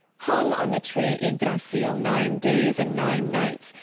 hung on the tree ygdrassil nine days and nine nights,